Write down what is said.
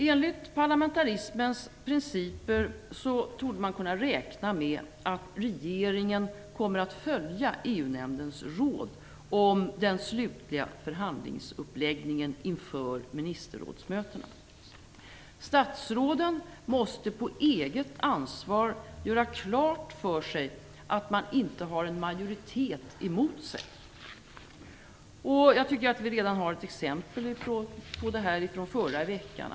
Enligt parlamentarismens principer torde man kunna räkna med att regeringen kommer att följa EU Statsråden måste på eget ansvar göra klart för sig att de inte har en majoritet emot sig. Jag tycker att vi redan har ett exempel på detta från förra veckan.